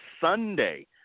Sunday